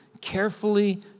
carefully